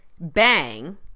Bang